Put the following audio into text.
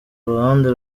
ruhande